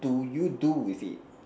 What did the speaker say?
do you do with it